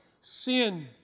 sin